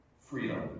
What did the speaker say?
freedom